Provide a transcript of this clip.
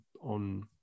on